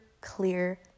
clear